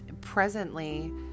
presently